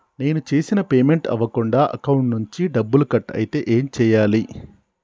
నేను చేసిన పేమెంట్ అవ్వకుండా అకౌంట్ నుంచి డబ్బులు కట్ అయితే ఏం చేయాలి?